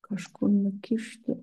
kažkur nukišti